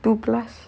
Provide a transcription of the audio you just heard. two plus